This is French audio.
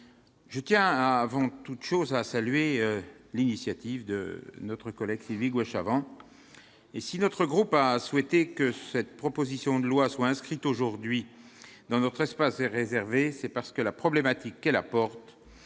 je tiens avant toute chose à saluer l'initiative de Sylvie Goy-Chavent. Si notre groupe a souhaité que sa proposition de loi soit inscrite aujourd'hui dans notre espace réservé, c'est parce que la problématique qu'elle aborde